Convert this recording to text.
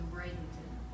Bradenton